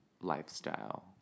lifestyle